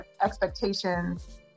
expectations